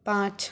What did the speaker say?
पाँच